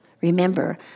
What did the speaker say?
Remember